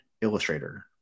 Illustrator